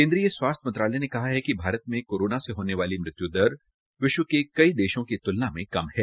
केन्द्रीय स्वास्थ्य मंत्रालय ने कहा है कि भारत में कोरोना से होने वाली मृत्य् पर विश्व के कई देशों की त्लना में कम है